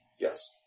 Yes